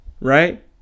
right